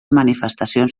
manifestacions